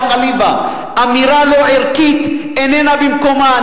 חליוה אמירה לא ערכית איננה במקומה.